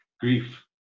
grief